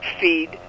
feed